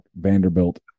Vanderbilt